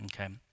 okay